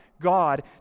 God